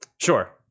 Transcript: Sure